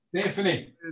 Stephanie